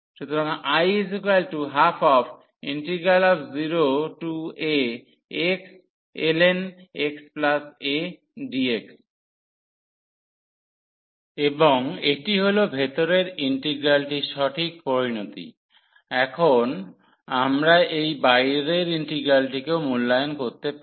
সুতরাং I120axln⁡xadx এবং এটি হল ভেতরের ইন্টিগ্রালটির সঠিক পরিণতি এবং এখন আমরা এই বাইরের ইন্টিগ্রালটিকেও মূল্যায়ন করতে পারি